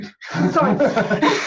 sorry